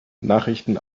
nachrichten